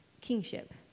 kingship